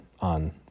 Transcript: on